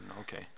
okay